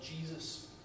Jesus